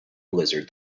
blizzard